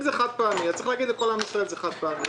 אם זה חד פעמי אז צריך להגיד לכל עם ישראל שזה חד פעמי.